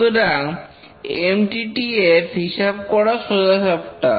সুতরাং MTTF হিসেব করা সোজাসাপ্টা